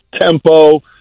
tempo